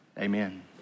amen